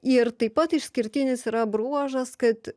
ir taip pat išskirtinis yra bruožas kad